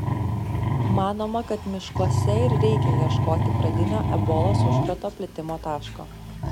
manoma kad miškuose ir reikia ieškoti pradinio ebolos užkrato plitimo taško